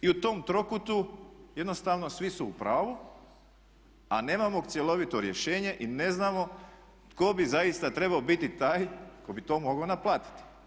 I u tom trokutu jednostavno svi su u pravu a nemamo cjelovito rješenje i ne znamo tko bi zaista trebao biti taj tko bi to mogao naplatiti.